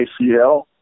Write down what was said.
ACL